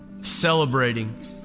celebrating